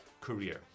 career